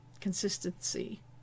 consistency